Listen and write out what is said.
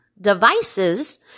devices